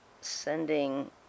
sending